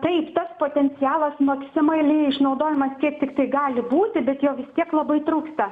taip tas potencialas maksimaliai išnaudojamas kiek tik tiktai gali būti bet jo vis tiek labai trūksta